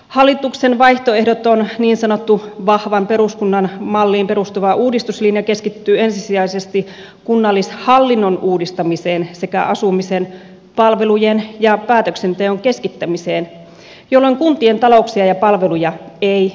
hallituksen vaihtoehdoton niin sanottu vahvan peruskunnan malliin perustuva uudistuslinja keskittyy ensisijaisesti kunnallishallinnon uudistamiseen sekä asumisen palvelujen ja päätöksenteon keskittämiseen jolloin kuntien talouksia ja palveluja ei pelasteta